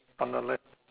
on the left